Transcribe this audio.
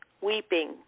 Weeping